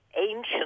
ancient